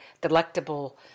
delectable